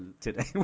today